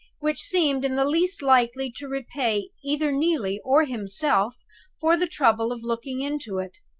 which seemed in the least likely to repay either neelie or himself for the trouble of looking into it.